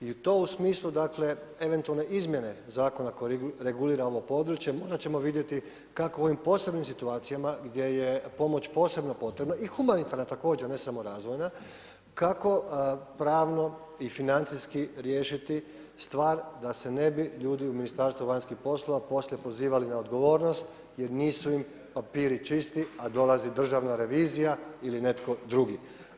I to u smislu dakle, eventualne izmjene zakona koji regulira ovo područje, morati ćemo vidjeti kako u ovom posebnim situacijama, gdje je pomoć posebno potrebna, i humanitarna, također, ne samo razvojna, kako pravno i financijski riješiti stvar, da se ne bi ljudi u Ministarstvu vanjskih poslova poslije pozivali na odgovornost, jer nisu im papiri čisti, a dolazi Državna revizija ili netko drugi.